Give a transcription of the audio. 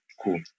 cool